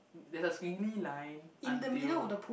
there's a squiggly line until